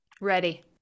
Ready